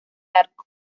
arco